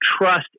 trust